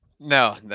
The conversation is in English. No